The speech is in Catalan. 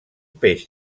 peix